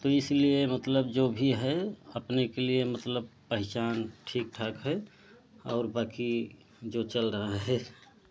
तो इसलिए मतलब जो भी है अपने के लिए मतलब पहचान ठीक ठाक है और बाकी जो चल रहा है